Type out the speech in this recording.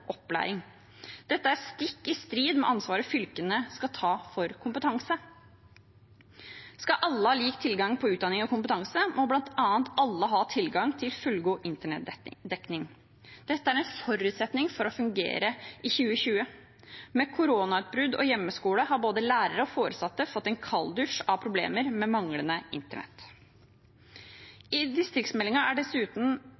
opplæring. Dette er stikk i strid med ansvaret fylkene skal ta for kompetanse. Skal alle ha lik tilgang på utdanning og kompetanse, må bl.a. alle ha tilgang til fullgod internettdekning. Dette er en forutsetning for å fungere i 2020. Med koronautbrudd og hjemmeskole har både lærere og foresatte fått en kalddusj av problemer med manglende